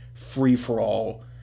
free-for-all